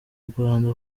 rwanda